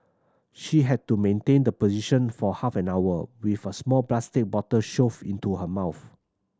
she had to maintain the position for half an hour with a small plastic bottle shoved into her mouth